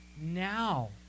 now